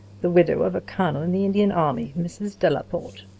the widow of a colonel in the indian army, mrs. delaporte.